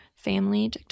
family